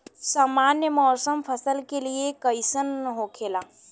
सामान्य मौसम फसल के लिए कईसन होखेला?